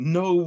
no